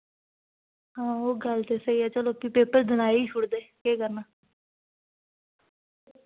हां ओह् गल्ल ते स्हेई ऐ चलो फ्ही पेपर दोआई छुड़दे केह् करना